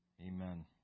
Amen